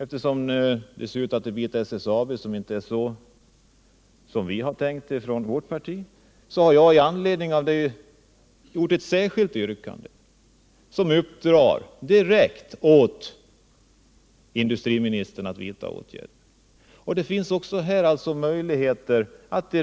Eftersom det ser ut att bli ett SSAB, som inte är sådant som vi i vårt parti tänkt oss företaget, har jag framställt ett särskilt yrkande, enligt vilket industriministern direkt skall få i uppdrag att vidta åtgärder på den punkten. Det finns alltså möjligheter att i